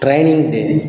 training day